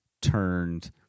turned